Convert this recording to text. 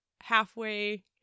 halfway